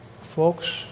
Folks